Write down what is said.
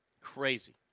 Crazy